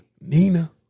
Nina